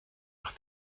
nach